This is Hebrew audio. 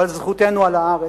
או על זכותנו על הארץ,